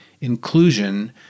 inclusion